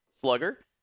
slugger